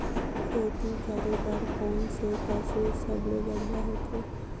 खेती करे बर कोन से पशु सबले बढ़िया होथे?